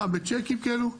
בצ'קים כאלו.